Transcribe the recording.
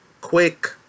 quick